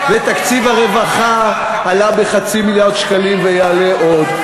ותקציב הרווחה עלה ב-0.5 מיליארד שקלים ויעלה עוד.